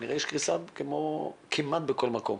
שכנראה יש קריסה כמו שכנראה יש כמעט בכל מקום.